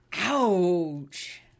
Ouch